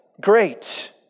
great